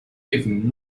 given